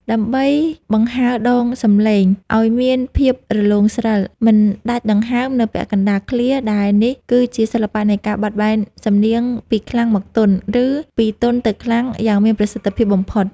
ដើម្បីបង្ហើរដងសំនៀងឱ្យមានភាពរលោងស្រិល មិនដាច់ដង្ហើមនៅពាក់កណ្តាលឃ្លា ដែលនេះគឺជាសិល្បៈនៃការបត់បែនសំនៀងពីខ្លាំងមកទន់ ឬពីទន់ទៅខ្លាំងយ៉ាងមានប្រសិទ្ធភាពបំផុត។